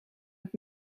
het